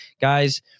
Guys